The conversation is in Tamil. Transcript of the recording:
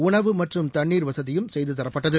உணவு மற்றும் தண்ணீர் வசதியும் செய்து தரப்பட்டது